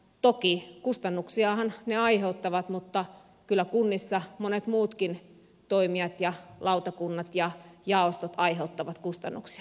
toki kustannuksiahan ne aiheuttavat mutta kyllä kunnissa monet muutkin toimijat ja lautakunnat ja jaostot aiheuttavat kustannuksia